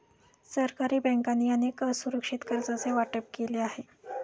सरकारी बँकांनी अनेक असुरक्षित कर्जांचे वाटप केले आहे